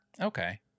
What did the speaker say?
Okay